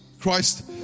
Christ